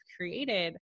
created